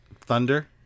Thunder